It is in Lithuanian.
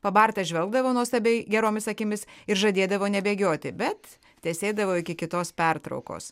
pabartas žvelgdavo nuostabiai geromis akimis ir žadėdavo nebėgioti bet tesėdavo iki kitos pertraukos